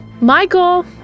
Michael